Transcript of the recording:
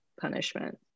punishment